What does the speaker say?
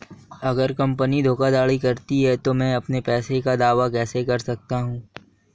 अगर कंपनी कोई धोखाधड़ी करती है तो मैं अपने पैसे का दावा कैसे कर सकता हूं?